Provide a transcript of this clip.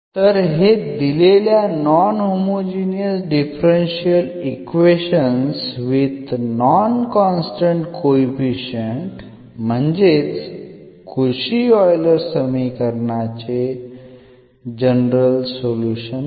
तर हे दिलेल्या non homogeneous differential equations with non constant coefficient म्हणजेच कोशी ऑइलर समीकरणाचे जनरल सोल्युशन आहे